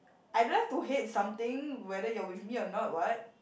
I don't have to hate something whether you are with me or not what